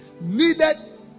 needed